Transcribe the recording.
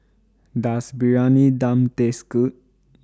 Does Briyani Dum Taste Good